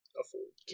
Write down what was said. afford